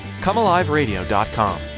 comealiveradio.com